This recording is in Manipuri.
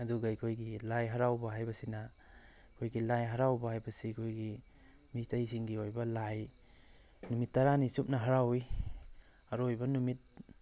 ꯑꯗꯨꯒ ꯑꯩꯈꯣꯏꯒꯤ ꯂꯥꯏ ꯍꯔꯥꯎꯕ ꯍꯥꯏꯕꯁꯤꯅ ꯑꯩꯈꯣꯏꯒꯤ ꯂꯥꯏ ꯍꯔꯥꯎꯕ ꯍꯥꯏꯕꯁꯤ ꯑꯩꯈꯣꯏꯒꯤ ꯃꯩꯇꯩꯁꯤꯡꯒꯤ ꯑꯣꯏꯕ ꯂꯥꯏ ꯅꯨꯃꯤꯠ ꯇꯔꯥꯅꯤ ꯆꯨꯞꯅ ꯍꯔꯥꯎꯏ ꯑꯔꯣꯏꯕ ꯅꯨꯃꯤꯠ